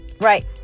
right